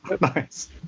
Nice